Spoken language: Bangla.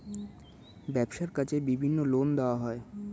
ব্যবসার কাজে বিভিন্ন লোন দেওয়া হয়